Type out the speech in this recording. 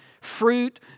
fruit